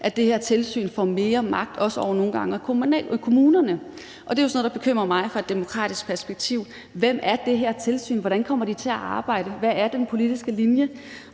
ved det præcis – mere magt også nogle gange over kommunerne. Det er jo sådan noget, der bekymrer mig set i et demokratisk perspektiv: Hvem er det her tilsyn? Hvordan kommer de til at arbejde? Hvad er den politiske linje?